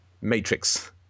matrix